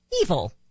evil